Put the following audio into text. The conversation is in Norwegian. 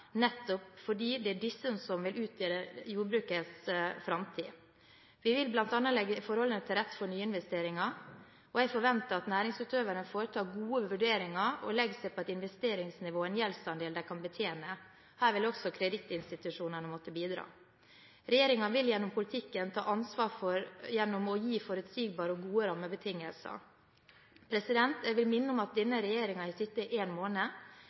nettopp fordi det er denne som vil utgjøre jordbrukets framtid. Vi vil bl.a. legge forholdene til rette for nyinvesteringer. Jeg forventer at næringsutøverne foretar gode vurderinger og legger seg på et investeringsnivå og en gjeldsandel de kan betjene. Her vil også kredittinstitusjonene måtte bidra. Regjeringen vil gjennom politikken ta ansvar gjennom å gi forutsigbare og gode rammebetingelser. Jeg vil minne om at denne regjeringen har sittet en måned.